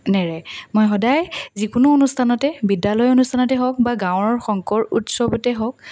নেৰে মই সদায় যিকোনো অনুষ্ঠানতে বিদ্যালয় অনুষ্ঠানতে হওক বা গাঁৱৰ শংকৰ উৎসৱতে হওক